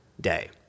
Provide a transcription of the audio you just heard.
day